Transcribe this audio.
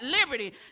liberty